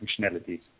functionalities